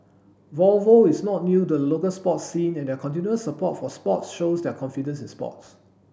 Volvo is not new to the local sport scene and their continuous support for sports shows their confidence in sports